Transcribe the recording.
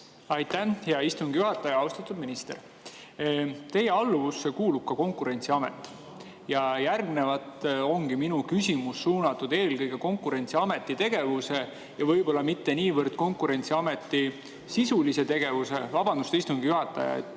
Aitäh, hea istungi juhataja! Austatud minister! Teie alluvusse kuulub ka Konkurentsiamet. Järgnevalt ongi minu küsimus suunatud eelkõige Konkurentsiameti tegevuse, võib-olla mitte niivõrd Konkurentsiameti sisulise tegevuse … Vabandust, istungi juhataja!